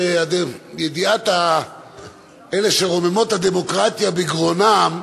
לידיעת אלה שרוממות הדמוקרטיה בגרונם,